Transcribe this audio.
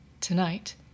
Tonight